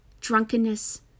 drunkenness